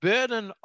Burden